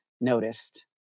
noticed